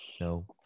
No